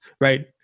right